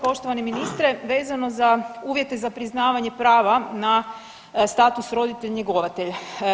Poštovani ministre, vezano za uvjete za priznavanje prava na status roditelj, njegovatelj.